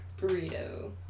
burrito